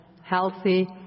healthy